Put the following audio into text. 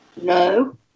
No